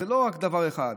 זה לא רק דבר אחד.